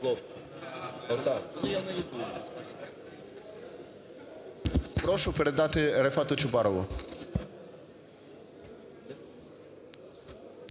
Прошу передати Рефату Чубарову.